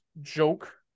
joke